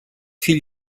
fill